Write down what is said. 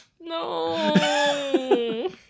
No